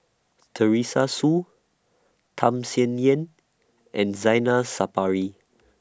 Teresa Hsu Tham Sien Yen and Zainal Sapari